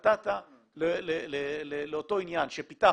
שנתת לאותו עניין, שפיתחת.